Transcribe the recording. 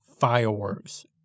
Fireworks